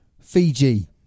Fiji